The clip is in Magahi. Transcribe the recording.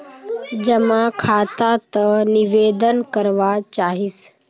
जमा खाता त निवेदन करवा चाहीस?